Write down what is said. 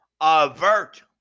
avert